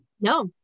No